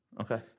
Okay